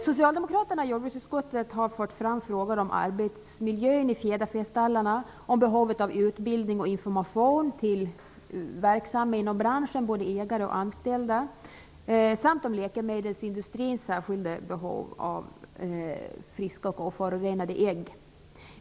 Socialdemokraterna i jordbruksutskottet har fört fram frågan om arbetsmiljön i fjäderfästallarna, om behovet av utbildning och information till verksamma inom branschen, både ägare och anställda, samt om läkemedelsindustrins särskilda behov av friska och oförorenade ägg.